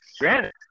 granted